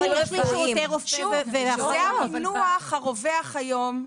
זה המינוח הרווח היום,